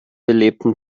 belebten